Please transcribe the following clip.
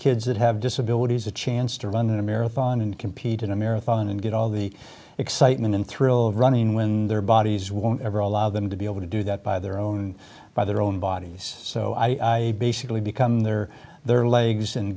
kids that have disabilities a chance to run a marathon and compete in a marathon and get all the excitement and thrill of running when their bodies won't ever allow them to be able to do that by their own by their own bodies so i basically become their their legs and